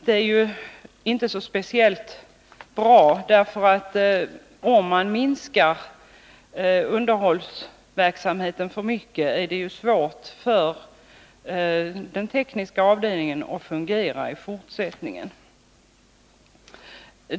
Det är inte speciellt bra, därför att om man minskar underhållsverksamheten för mycket blir det svårt för den tekniska avdelningen att fungera i fortsättningen.